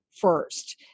first